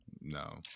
no